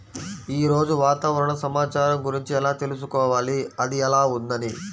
ఈరోజు వాతావరణ సమాచారం గురించి ఎలా తెలుసుకోవాలి అది ఎలా ఉంది అని?